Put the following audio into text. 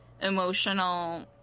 emotional